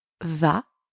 va